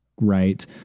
right